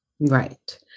Right